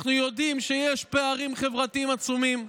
אנחנו יודעים שיש פערים חברתיים עצומים,